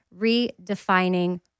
Redefining